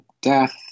death